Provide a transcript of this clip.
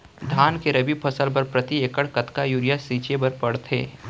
धान के रबि फसल बर प्रति एकड़ कतका यूरिया छिंचे बर पड़थे?